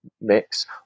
mix